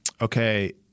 okay